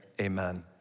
amen